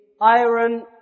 iron